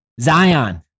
Zion